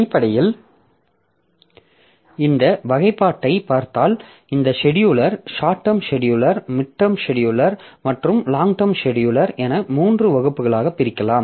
அடிப்படையில் இந்த வகைப்பாட்டைப் பார்த்தால் இந்த scheduler short term scheduler midterm scheduler மற்றும் லாங் டெர்ம் செடியூலர் என மூன்று வகுப்புகளாகப் பிரிக்கலாம்